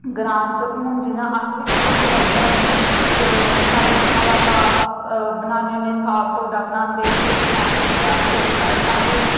ग्रां च हून जियां अस बी ग्रां च रौह्न्ने होन्ने जेल्लै साढ़े ममा भापा बनान्ने होन्ने साग ढोड्डा बनांदे ते फ्ही ओह् सनांदे पैहलें अस